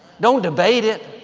don't debate it,